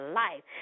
life